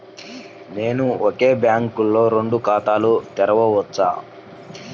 నేను ఒకే బ్యాంకులో రెండు ఖాతాలు తెరవవచ్చా?